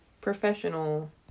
professional